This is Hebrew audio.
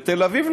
בתל-אביב,